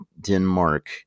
Denmark